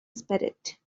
spirit